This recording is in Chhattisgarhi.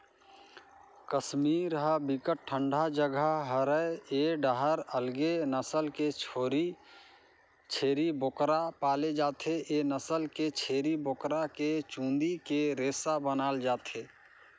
कस्मीर ह बिकट ठंडा जघा हरय ए डाहर अलगे नसल के छेरी बोकरा पाले जाथे, ए नसल के छेरी बोकरा के चूंदी के रेसा बनाल जाथे